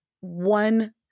one